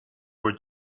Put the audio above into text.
were